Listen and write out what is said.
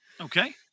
Okay